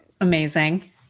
Amazing